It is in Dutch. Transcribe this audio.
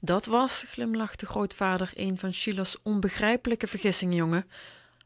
dat was glimlachte grootvader een van schiller's onbegrijpelijke vergissingen jongen